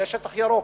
זה שטח ירוק,